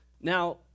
Now